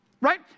Right